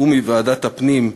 מטעם ועדת הפנים,